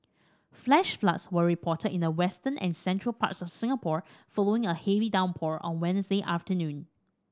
flash floods were reported in the western and central parts of Singapore following a heavy downpour on Wednesday afternoon